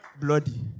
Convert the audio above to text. bloody